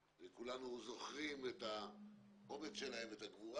כולנו זוכרים את האומץ שלהם ואת הגבורה